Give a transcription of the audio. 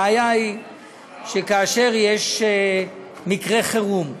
הבעיה היא שכאשר יש מקרה חירום.